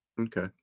Okay